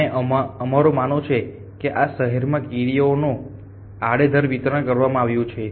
અને અમારું માનવું છે કે આ શહેરોમાં આ કીડીઓનું આડેધડ રેન્ડમ વિતરણ કરવામાં આવ્યું છે